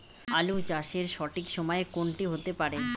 আলু চাষের সঠিক সময় কোন টি হতে পারে?